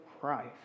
Christ